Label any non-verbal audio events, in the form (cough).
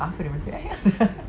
apa dia merepek eh (laughs)